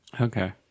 Okay